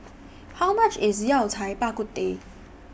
How much IS Yao Cai Bak Kut Teh